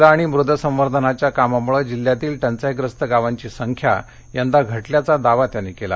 जल आणि मृद संवर्धनाच्या कामामुळे जिल्ह्यातील टंचाईग्रस्त गावांची संख्या यंदा घटल्याचा दावा त्यांनी यावेळी केला